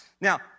Now